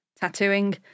tattooing